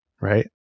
right